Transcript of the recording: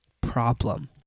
problem